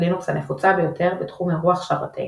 הלינוקס הנפוצה ביותר בתחום אירוח שרתי אינטרנט.